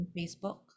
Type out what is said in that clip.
Facebook